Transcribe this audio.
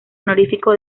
honorífico